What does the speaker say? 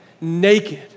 naked